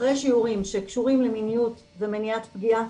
אחרי שיעורים שקשורים למיניות ומניעת פגיעה,